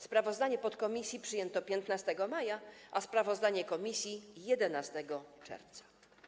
Sprawozdanie podkomisji przyjęto 15 maja, a sprawozdanie komisji - 11 czerwca.